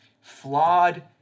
flawed